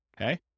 okay